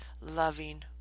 loving